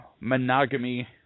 monogamy